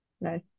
nice